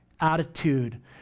attitude